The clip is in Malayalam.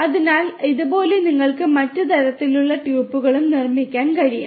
അതിനാൽ ഇതുപോലെ നിങ്ങൾക്ക് മറ്റ് തരത്തിലുള്ള ട്യൂപ്പുകളും നിർമ്മിക്കാൻ കഴിയും